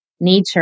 nature